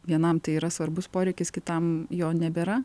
vienam tai yra svarbus poreikis kitam jo nebėra